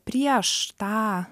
prieš tą